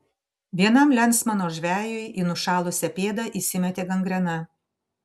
vienam lensmano žvejui į nušalusią pėdą įsimetė gangrena